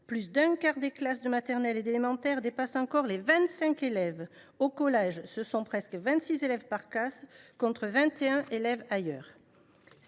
Plus d’un quart des classes de maternelle et d’élémentaire dépassent encore les 25 élèves. Au collège, ce sont presque 26 élèves par classe, contre 21 élèves ailleurs.